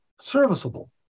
serviceable